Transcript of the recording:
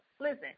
Listen